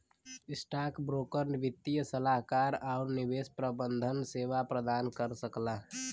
stockbroker वित्तीय सलाहकार आउर निवेश प्रबंधन सेवा प्रदान कर सकला